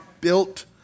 built